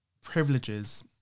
privileges